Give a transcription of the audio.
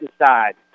Decide